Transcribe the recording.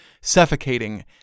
suffocating